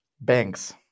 banks